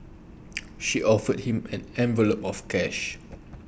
she offered him an envelope of cash